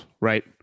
right